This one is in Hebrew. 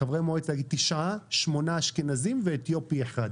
התאגיד, שמונה אשכנזים ואתיופי אחד.